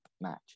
match